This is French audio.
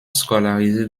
scolarisés